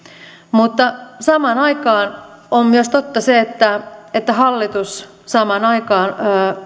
mutta samaan aikaan on myös totta se että että hallitus samaan aikaan